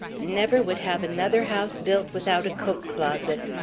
never would have another house built without a coat closet.